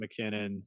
McKinnon